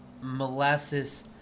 molasses